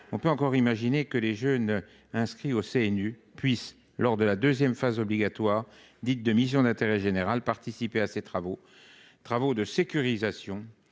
On peut encore imaginer que les jeunes inscrits au CNU puisse lors de la 2ème phase obligatoire dites de mission d'intérêt général participer à ces travaux, travaux de sécurisation